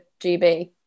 gb